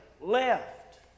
left